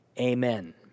Amen